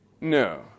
No